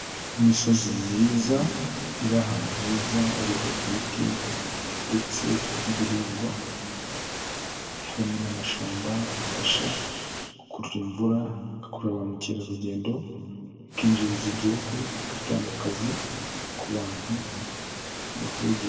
Imisozi myiza iri ahantu heza hariho ibiti ndetse n'ibihingwa harimo n'amashamba afasha gukurura imvura agakurura ba mukerarugendo bikinjiriza igihugu bigatanga akazi ku bantu bahegereye.